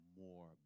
more